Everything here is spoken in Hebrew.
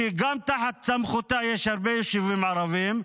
שגם תחת סמכותה יש הרבה יישובים ערביים,